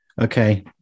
Okay